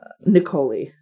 Nicole